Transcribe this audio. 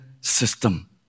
system